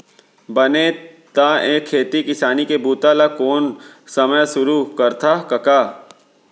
बने त ए खेती किसानी के बूता ल कोन समे सुरू करथा कका?